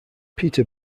peter